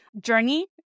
journey